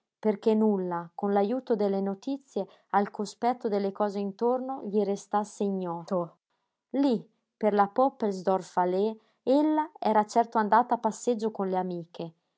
perché nulla con l'ajuto delle notizie al cospetto delle cose intorno gli restasse ignoto lí per la poppelsdorf-allée ella era certo andata a passeggio con le amiche